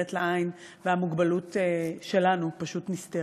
נראית לעין והמוגבלות שלנו פשוט נסתרת.